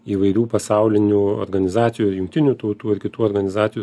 įvairių pasaulinių organizacijų jungtinių tautų ir kitų organizacijų